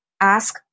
ask